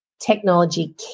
technology